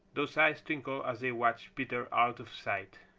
those eyes twinkled as they watched peter out of sight.